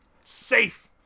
safe